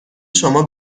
شما